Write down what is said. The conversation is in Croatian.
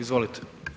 Izvolite.